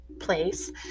place